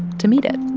to meet it,